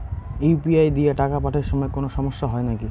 UPI দিয়া টাকা পাঠের সময় কোনো সমস্যা হয় নাকি?